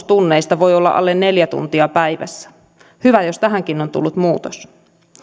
tunneista voi olla alle neljä tuntia päivässä hyvä jos tähänkin on tullut muutos